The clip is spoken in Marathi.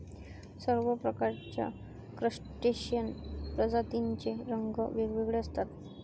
सर्व प्रकारच्या क्रस्टेशियन प्रजातींचे रंग वेगवेगळे असतात